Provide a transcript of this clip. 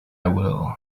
will